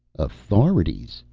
authorities?